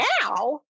Now